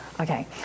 Okay